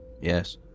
Yes